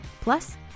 Plus